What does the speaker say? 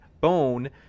bone